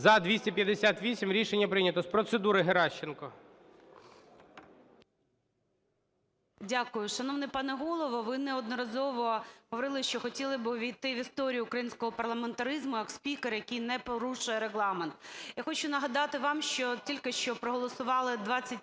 За-258 Рішення прийнято. З процедури - Геращенко.